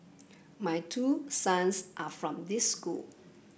my two sons are from this school